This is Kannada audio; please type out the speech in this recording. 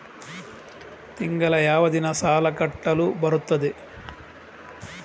ತಿಂಗಳ ಯಾವ ದಿನ ಸಾಲ ಕಟ್ಟಲು ಬರುತ್ತದೆ?